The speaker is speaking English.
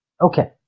Okay